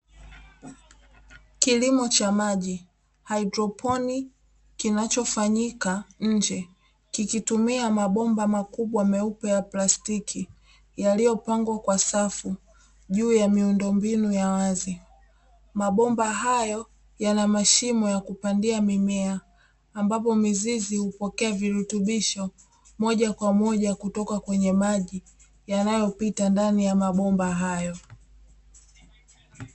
Kilimo cha maji, haidroponi kinachofanyika nje, kikitumia mabomba makubwa meupe ya plastiki yaliyopangwa kwa safu juu ya miundo mbinu ya wazi, mabomba hayo yana mashimo ya kupandia mimea, ambapo mizizi hupokea virutubisho moja kwa moja kutoka kwenye maji yanayopita ndani ya mabomba hayo.